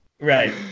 Right